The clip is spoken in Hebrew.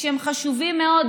שהם חשובים מאוד,